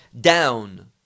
down